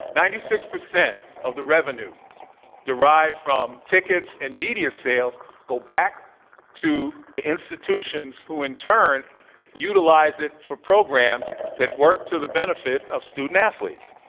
ninety-six percent of the revenue derived from tickets and media sales go back to the institutions who in turn utilize it for programs that work to the benefit of student athletes.